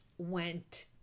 went